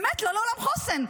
באמת לא לעולם חוסן.